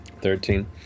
Thirteen